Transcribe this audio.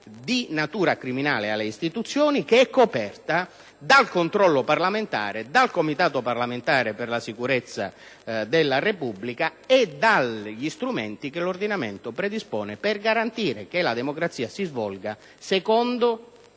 di natura criminale alle istituzioni, coperta dal controllo parlamentare, dal Comitato parlamentare per la sicurezza della Repubblica e dagli strumenti che l'ordinamento predispone per garantire che la democrazia si svolga secondo